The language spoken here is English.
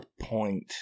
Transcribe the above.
point